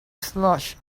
slush